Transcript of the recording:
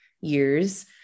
years